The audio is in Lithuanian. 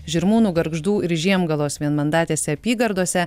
žirmūnų gargždų ir žiemgalos vienmandatėse apygardose